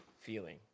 feeling